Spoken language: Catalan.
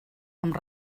amb